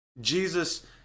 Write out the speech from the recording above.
Jesus